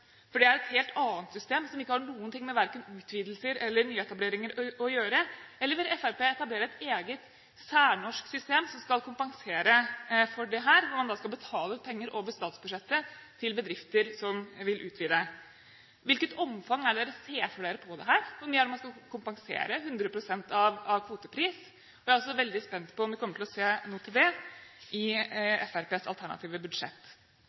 For det er et helt annet system, som ikke har noe med verken utvidelser eller nyetableringer å gjøre. Eller vil Fremskrittspartiet etablere et eget særnorsk system som skal kompensere for dette, der man da skal betale ut penger over statsbudsjettet til bedrifter som vil utvide? Hvilket omfang er det man ser for seg her? Hvor mye skal man kompensere – 100 pst. av kvotepris? Jeg er også veldig spent på om vi kommer til å se noe til dette i Fremskrittspartiets alternative budsjett.